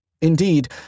Indeed